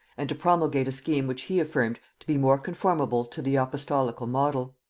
and to promulgate a scheme which he affirmed to be more conformable to the apostolical model.